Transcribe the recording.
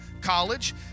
College